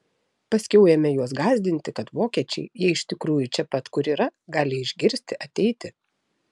paskiau ėmė juos gąsdinti kad vokiečiai jei iš tikrųjų čia pat kur yra gali išgirsti ateiti